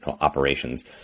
operations